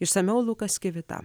išsamiau lukas kivita